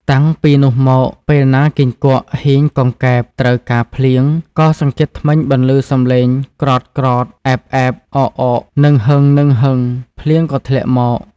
តាំងពីនោះមកពេលណាគីង្គក់ ហ៊ីង កង្កែប ត្រូវការភ្លៀង ក៏សង្កៀតធ្មេញបន្លឺសំឡេងក្រតៗ! អែបៗ ! អោកៗ! ហ្នឹងហឹងៗ! ភ្លៀងក៏ធ្លាក់មក។